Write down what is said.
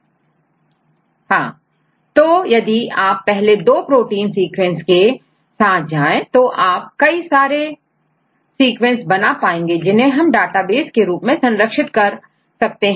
सही तो यदि आप पहले दो प्रोटीन सीक्वेंसेस के साथ जाएं तो आप कई सारे सीक्वेंस बना पाएंगे जिन्हें आप डेटाबेस के रूप में संरक्षित कर सकते हैं